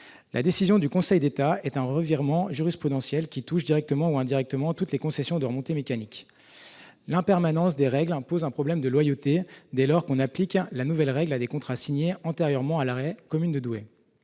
arrêt constitue un revirement jurisprudentiel, qui affecte, directement ou indirectement, toutes les concessions de remontées mécaniques. L'impermanence des règles pose un problème de loyauté, dès lors qu'on applique la nouvelle règle à des contrats signés antérieurement à l'arrêt. C'est encore